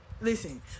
Listen